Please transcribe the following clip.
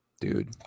dude